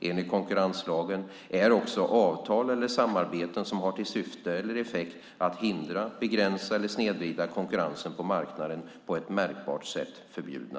Enligt konkurrenslagen är också avtal eller samarbeten som har till syfte eller effekt att hindra, begränsa eller snedvrida konkurrensen på marknaden på ett märkbart sätt förbjudna.